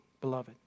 beloved